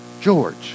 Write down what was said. George